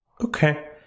Okay